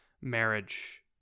marriage